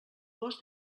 gos